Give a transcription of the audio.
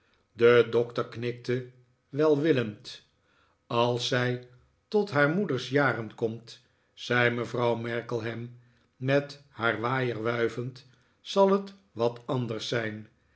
de doctor knikte welwillend als zij tot haar moeders jaren komt zei mevrouw markleham met haar waaier wuivend zal het wat anders zijn